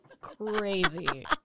crazy